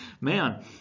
Man